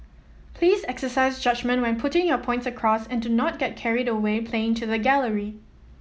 please exercise judgement when putting your points across and do not get carried away playing to the gallery